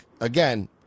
again